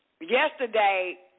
Yesterday